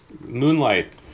Moonlight